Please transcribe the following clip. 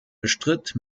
bestritt